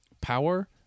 power